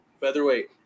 Featherweight